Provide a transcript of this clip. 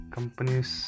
Companies